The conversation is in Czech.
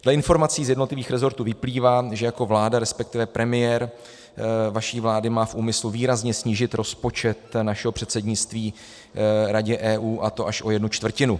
Dle informací z jednotlivých resortů vyplývá, že vláda, respektive premiér vaší vlády má v úmyslu výrazně snížit rozpočet našeho předsednictví Radě EU, a to až o jednu čtvrtinu.